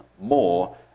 more